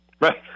Right